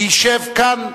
ישב כאן.